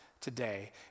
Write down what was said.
today